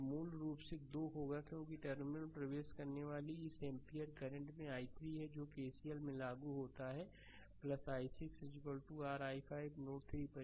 तो मूल रूप से यह 2 होगा क्योंकि टर्मिनल में प्रवेश करने वाले इस 2 एम्पीयर करंट में i3 है जो कि केसीएल में लागू होता है i6 r i5 नोड 3 पर